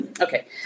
okay